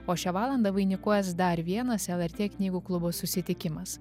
o šią valandą vainikuos dar vienas lrt knygų klubo susitikimas